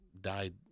died